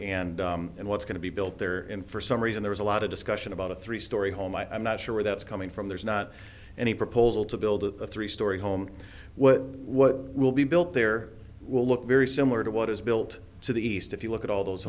and and what's going to be built there in for some reason there is a lot of discussion about a three story home i'm not sure where that's coming from there's not any proposal to build a three story home well what will be built there will look very similar to what is built to the east if you look at all those